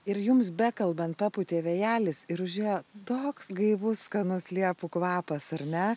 ir jums bekalbant papūtė vėjelis ir užėjo toks gaivus skanus liepų kvapas ar ne